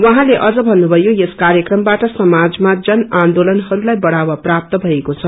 उहाँले अझ भन्नुभयो यस कार्यक्रमबाट समाजमा जन आन्दोलनहरूलाई बढ़ावा प्राप्त भएको छ